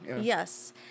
Yes